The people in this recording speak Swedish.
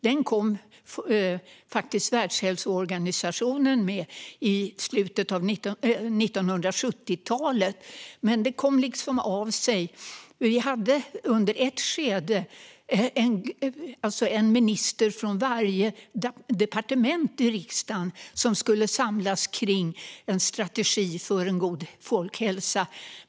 Den kom faktiskt Världshälsoorganisationen med i slutet av 1970-talet, men den kom liksom av sig. Under ett skede var det en minister från varje departement som skulle samlas kring en strategi för en god folkhälsa.